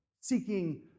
seeking